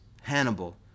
Hannibal